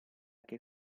che